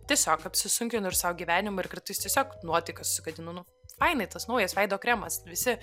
tiesiog apsisunkinu ir sau gyvenimą ir kartais tiesiog nuotaiką susigadinu nu fainai tas naujas veido kremas visi